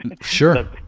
Sure